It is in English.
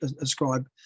ascribe